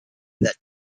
that